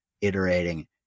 iterating